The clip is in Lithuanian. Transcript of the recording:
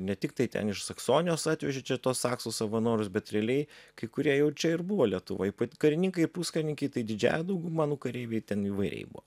ne tiktai ten iš saksonijos atvežė čia tuos saksus savanorius bet realiai kai kurie jau čia ir buvo lietuvoj karininkai puskarininkiai tai didžiąja dauguma nu kareiviai ten įvairiai buvo